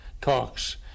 talks